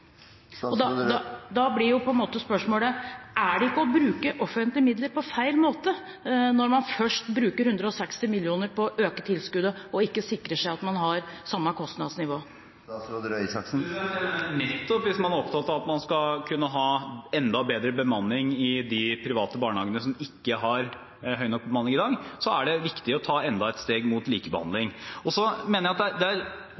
Da blir spørsmålet: Er det ikke å bruke offentlige midler på feil måte når man først bruker 160 mill. kr på å øke tilskuddet og ikke sikrer seg at man har samme kostnadsnivå? Jeg mener at nettopp hvis man er opptatt av at man skal kunne ha enda bedre bemanning i de private barnehagene som ikke har høy nok bemanning i dag, er det viktig å ta enda et steg mot likebehandling. Så mener jeg at det er bra at representanten tar opp en stor diskusjon om barnehagefinansieringen. Jeg har sagt flere ganger at jeg er